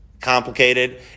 complicated